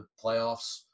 playoffs